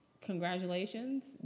congratulations